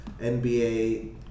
NBA